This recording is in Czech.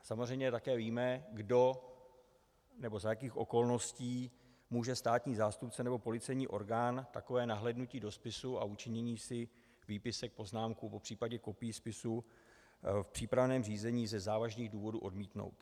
Samozřejmě také víme, za jakých okolností může státní zástupce nebo policejní orgán takovéto nahlédnutí do spisu a učinění si výpisků, poznámek, popřípadě kopie spisu v přípravném řízení ze závažných důvodů odmítnout.